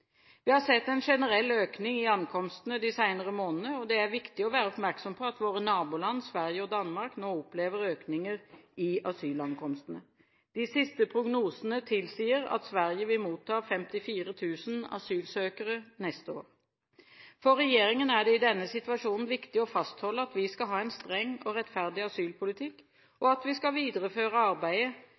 Vi har sett en generell økning i ankomstene de senere månedene, og det er viktig å være oppmerksom på at våre naboland Sverige og Danmark nå opplever økninger i asylankomstene. De siste prognosene tilsier at Sverige vil motta 54 000 asylsøkere neste år. For regjeringen er det i denne situasjonen viktig å fastholde at vi skal ha en streng og rettferdig asylpolitikk, og at vi skal videreføre arbeidet